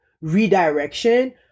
redirection